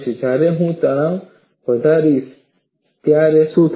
જ્યારે હું તણાવ વધારીશ ત્યારે શું થશે